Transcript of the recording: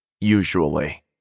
usually